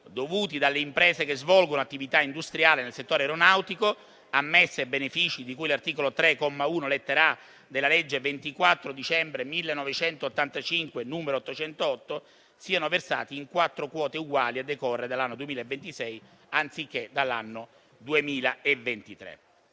dovuti dalle imprese che svolgono attività industriali nel settore aeronautico, ammesse ai benefici di cui all'articolo 3, comma 1, lettera *a)*, della legge 24 dicembre 1985, n. 808, siano versati in quattro quote uguali a decorre dall'anno 2026, anziché dall'anno 2023.